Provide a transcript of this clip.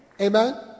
Amen